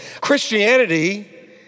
Christianity